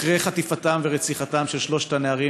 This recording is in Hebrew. אחרי חטיפתם ורציחתם של שלושת הנערים